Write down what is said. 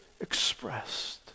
expressed